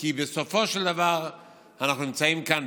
כי בסופו של דבר אנחנו נמצאים כאן,